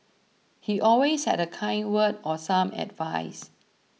he always had a kind word or some advice